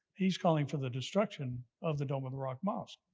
he is calling for the destruction of the dome of the rock mosque.